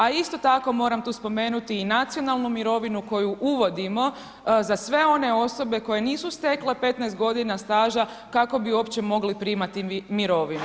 A isto tako moram tu spomenuti i nacionalnu mirovinu koju uvodimo za sve one osobe koje nisu stekle 15 godina staža kako bi uopće mogli primati mirovinu.